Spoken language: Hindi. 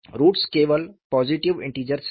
रूट्स केवल पॉजिटिव इंटीजर्स हैं